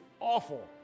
awful